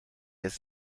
jest